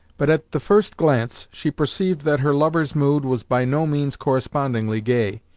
but at the first glance she perceived that her lover's mood was by no means correspondingly gay.